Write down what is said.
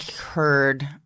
heard